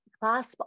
clasp